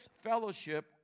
fellowship